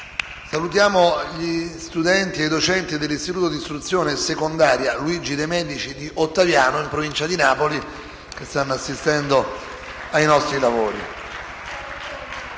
Salutiamo gli studenti e i docenti dell'Istituto di istruzione secondaria «Luigi De' Medici» di Ottaviano, in provincia di Napoli, che stanno assistendo ai nostri lavori.